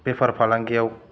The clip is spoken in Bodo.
बेफार फालांगियाव